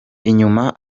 inyuma